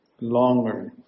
longer